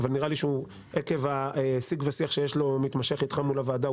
אבל נראה לי שעקב השיג ושיח המתמשך שיש לו אתך מול הוועדה,